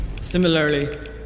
Similarly